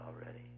already